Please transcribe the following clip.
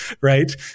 right